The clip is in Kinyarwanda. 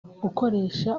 gukoresha